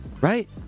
Right